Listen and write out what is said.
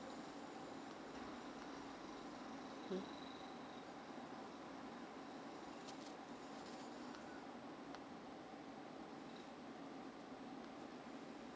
mm